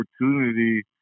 opportunity